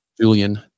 Julian